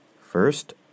First